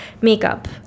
makeup